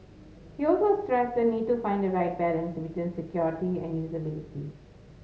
he also stressed the need to find the right balance between security and usability